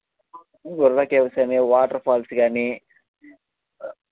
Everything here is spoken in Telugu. బొర్రా కేవ్స్ కానీ వాటర్ఫాల్స్ గానీ